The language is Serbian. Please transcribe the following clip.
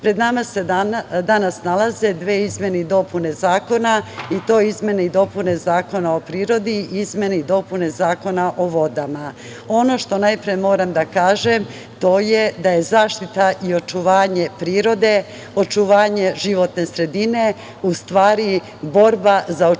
pred nama se danas nalaze dve izmene i dopune zakona i to izmene i dopune Zakona o prirodi i izmene i dopune Zakona o vodama. Ono što najpre moram da kažem, to je da je zaštita i očuvanje prirode, očuvanje životne sredine u stvari borba za očuvanje